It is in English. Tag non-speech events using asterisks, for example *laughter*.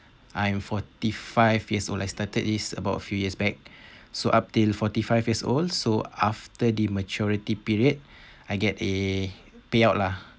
I'm forty five years old I started this about few years back *breath* so up till forty five years old also after the maturity period *breath* I get a payout lah